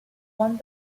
one